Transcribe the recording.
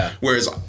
whereas